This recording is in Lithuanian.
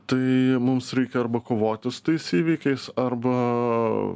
tai mums reikia arba kovoti su tais įvykiais arba